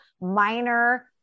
minor